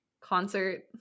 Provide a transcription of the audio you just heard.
concert